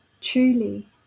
truly